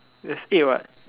there's eight what